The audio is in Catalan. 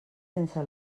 sense